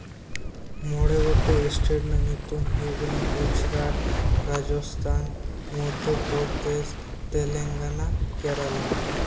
ᱢᱚᱬᱮ ᱜᱚᱴᱮᱡ ᱮᱴᱮᱴ ᱨᱮᱱᱟᱜ ᱧᱩᱛᱩᱢ ᱦᱩᱭᱩᱜ ᱠᱟᱱᱟ ᱜᱩᱡᱽᱨᱟᱴ ᱨᱟᱡᱚᱥᱛᱷᱟᱱ ᱢᱚᱫᱽᱫᱷᱚ ᱯᱚᱨᱫᱮᱥ ᱛᱮᱞᱮᱝᱜᱟᱟ ᱠᱮᱨᱟᱞᱟ